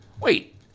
wait